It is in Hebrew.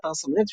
באתר סלונט,